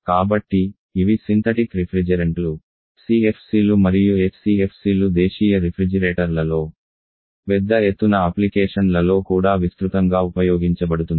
కాబట్టి ఇవి సింథటిక్ రిఫ్రిజెరెంట్లు CFCలు మరియు HCFCలు దేశీయ రిఫ్రిజిరేటర్లలో పెద్ద ఎత్తున అప్లికేషన్లలో కూడా విస్తృతంగా ఉపయోగించబడుతున్నాయి